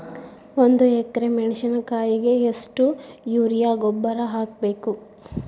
ಒಂದು ಎಕ್ರೆ ಮೆಣಸಿನಕಾಯಿಗೆ ಎಷ್ಟು ಯೂರಿಯಾ ಗೊಬ್ಬರ ಹಾಕ್ಬೇಕು?